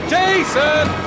Jason